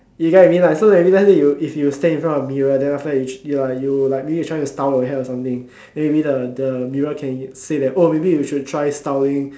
you get what I mean right so that means let's say you if you stand in front of the mirror then after that you like you like maybe you try to style your hair or something then maybe the the mirror can say that oh maybe you should try styling